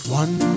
one